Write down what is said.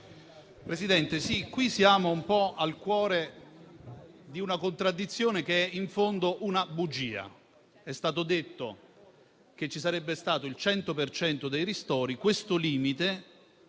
Presidente, qui siamo un po' al cuore di una contraddizione che in fondo è una bugia. È stato detto che ci sarebbe stato il 100 per cento dei ristori, ma questo limite